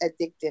addictive